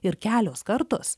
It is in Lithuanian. ir kelios kartos